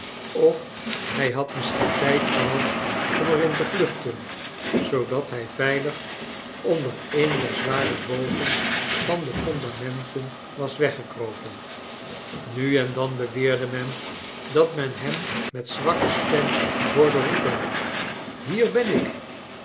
of hij had misschien tijd gehad om er in te vluchten zoodat hrj veilig onder een der zware bogen van de fondamenten was weggekropen nu en dan beweerde men dat men hem met zwakke stem hoorde roepen j hier ben ik